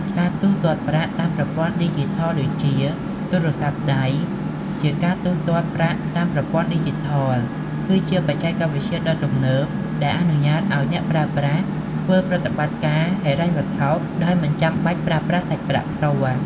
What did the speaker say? ការទូទាត់ប្រាក់តាមប្រព័ន្ធឌីជីថលដូចជា ទូរសព័្ទដៃ ជាការទូទាត់ប្រាក់តាមប្រព័ន្ធឌីជីថល គឺជាបច្ចេកវិទ្យាដ៏ទំនើបដែលអនុញ្ញាតឲ្យអ្នកប្រើប្រាស់ធ្វើប្រតិបត្តិការហិរញ្ញវត្ថុដោយមិនចាំបាច់ប្រើប្រាស់សាច់ប្រាក់ផ្ទាល់។